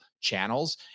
channels